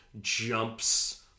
jumps